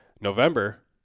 November